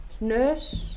nurse